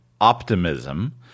optimism